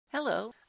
Hello